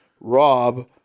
rob